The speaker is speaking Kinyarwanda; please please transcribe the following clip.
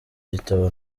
gitabo